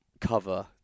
cover